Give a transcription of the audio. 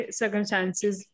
circumstances